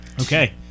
Okay